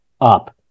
up